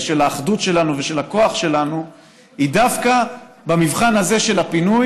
ושל האחדות שלנו ושל הכוח שלנו היא דווקא במבחן הזה,